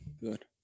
Good